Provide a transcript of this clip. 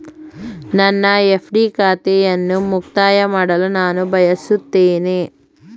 ನನ್ನ ಎಫ್.ಡಿ ಖಾತೆಯನ್ನು ಮುಕ್ತಾಯ ಮಾಡಲು ನಾನು ಬಯಸುತ್ತೇನೆ